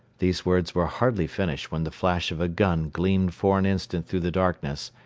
these words were hardly finished when the flash of a gun gleamed for an instant through the darkness,